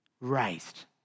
raised